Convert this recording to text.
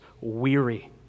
weary